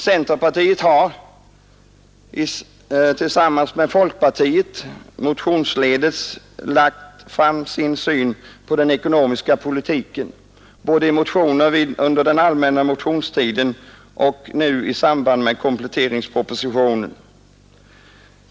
Centerpartiet har tillsammans med folkpartiet motionsledes lagt fram sin syn på den ekonomiska politiken, både under den allmänna motionstiden och nu i samband med kompletteringspropositionen.